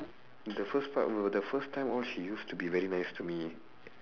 the first part will the first time all she used to be very nice to me